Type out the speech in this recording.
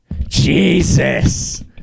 Jesus